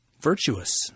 virtuous